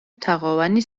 თაღოვანი